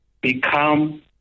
become